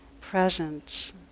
presence